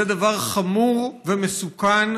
זה דבר חמור ומסוכן.